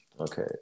Okay